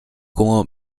como